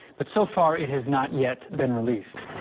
but so far it has not yet been released.